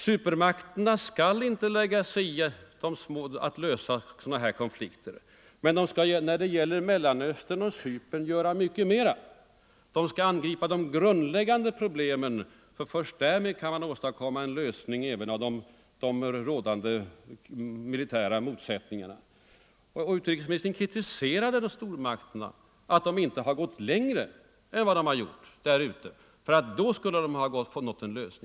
Supermakterna skall inte lägga sig i lösandet av konflikter. Men de skall när det gäller Mellersta Östern och Cypern göra mycket mera än vad de hittills gjort. De skall angripa även de grundläggande sociala och ekonomiska problemen ty blott därigenom kan de åstadkomma en lösning även av de rådande militära motsättningarna, hette det ju. Utrikesministern kritiserade alltså stormakterna för att de inte har gått mycket längre än vad de gjort där ute. Då skulle de ha nått en lösning, menade han.